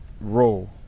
role